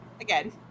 again